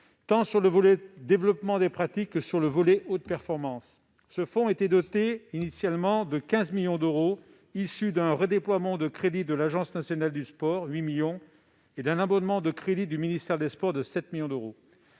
tant sur le volet développement des pratiques que sur le volet haute performance. Ce fonds a été doté initialement de 15 millions d'euros provenant d'un redéploiement de crédits de l'Agence nationale du sport, 8 millions d'euros, et d'un abondement de crédits du ministère des sports, 7 millions d'euros.